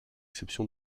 exception